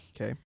Okay